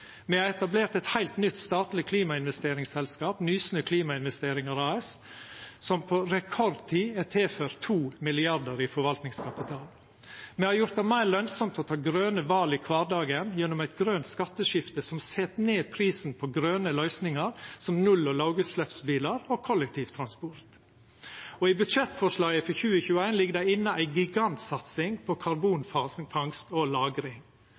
Me har etablert eit heilt nytt statleg klimainvesteringsselskap, Nysnø Klimainvesteringar AS, som på rekordtid er tilført 2 mrd. kr i forvaltingskapital. Me har gjort det meir lønsamt å ta grøne val i kvardagen gjennom eit grønt skatteskifte som set ned prisen på grøne løysingar, som null- og lågutsleppsbilar og kollektivtransport. Og i budsjettforslaget for 2021 ligg det inne ei gigantsatsing på karbonfangst og